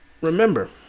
remember